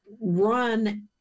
run